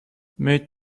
mais